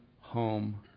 home